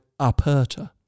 Aperta